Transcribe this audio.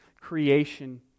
creation